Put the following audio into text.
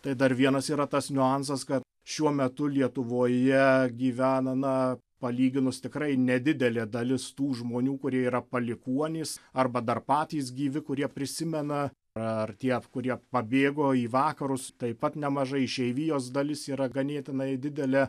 tai dar vienas yra tas niuansas kad šiuo metu lietuvoje gyvena na palyginus tikrai nedidelė dalis tų žmonių kurie yra palikuonys arba dar patys gyvi kurie prisimena ar tie kurie pabėgo į vakarus taip pat nemaža išeivijos dalis yra ganėtinai didelė